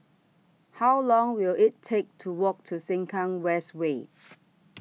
How Long Will IT Take to Walk to Sengkang West Way